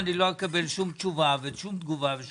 אני